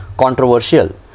controversial